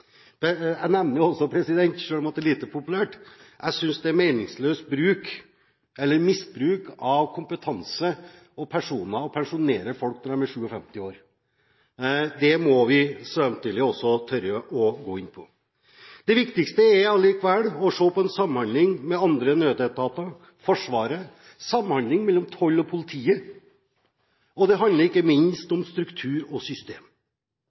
Jeg nevner også, selv om det er lite populært: Jeg synes det er meningsløs bruk, eller misbruk, av kompetanse og personer å pensjonere folk når de er 57 år. Det må vi tørre å gå inn på. Det viktigste er likevel å se på en samhandling med andre nødetater, Forsvaret, og samhandling mellom toll og politi. Det handler ikke minst om struktur og system.